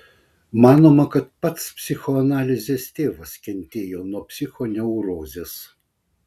manoma kad pats psichoanalizės tėvas kentėjo nuo psichoneurozės